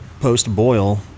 post-boil